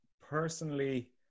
personally